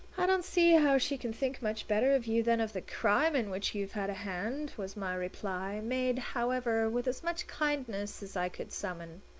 i don't see how she can think much better of you than of the crime in which you've had a hand, was my reply, made, however, with as much kindness as i could summon.